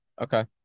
Okay